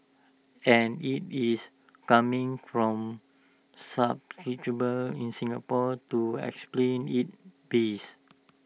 and IT is coming from subscribers in Singapore to explant its base